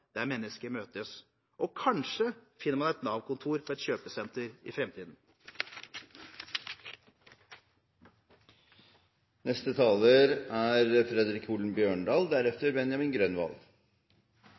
der mennesker møtes. Og kanskje finner man et Nav-kontor på et kjøpesenter i